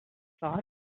thought